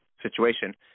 situation